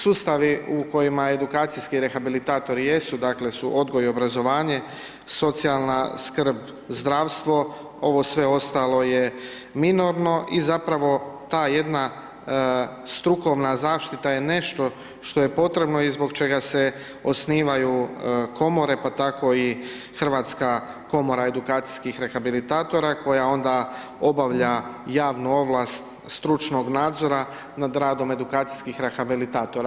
Sustavi u kojima edukacijski rehabilitatori jesu, dakle su odgoj i obrazovanje, socijalna skrb, zdravstvo, ovo sve ostalo je minorno i zapravo ta jedna strukovna zaštita je nešto što je potrebno i zbog čega se osnivaju komore pa tako i Hrvatska komora edukacijskih rehabilitatora koja onda obavlja javnu ovlast stručnog nadzora nad radom edukacijskih rehabilitatora.